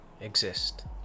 exist